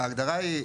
ההגדרה היא,